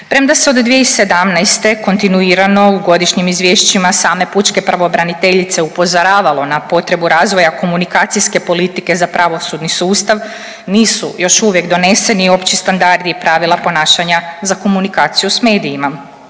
Premda se od 2017. kontinuirano u godišnjim izvješćima same pučke pravobraniteljice upozoravalo na potrebu razvoja komunikacijske politike za pravosudni sustav nisu još uvijek doneseni opći standardi i pravila ponašanja za komunikaciju s medijima.